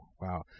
Wow